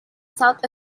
south